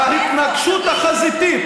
ההתנגשות החזיתית.